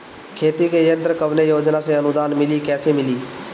खेती के यंत्र कवने योजना से अनुदान मिली कैसे मिली?